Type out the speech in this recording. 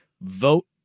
vote